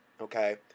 okay